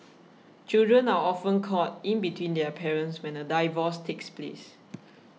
children are often caught in between their parents when a divorce takes place